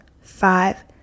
five